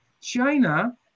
China